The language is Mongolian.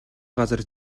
газар